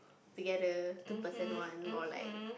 together two person one or like